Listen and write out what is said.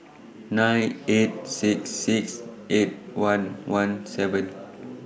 nine eight six six eight one one seven